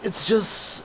it's just